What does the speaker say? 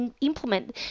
implement